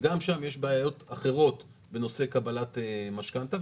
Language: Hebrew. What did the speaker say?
ושם יש בעיות אחרות בנושא קבלת משכנתא,